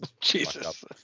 Jesus